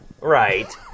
Right